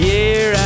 Year